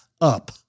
up